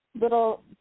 little